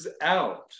out